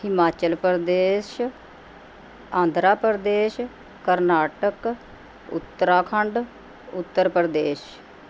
Himachal Pradesh Andhra Pradesh Karnataka Uttarakhand Uttar Pradesh